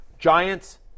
Giants